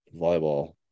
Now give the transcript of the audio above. volleyball